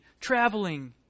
traveling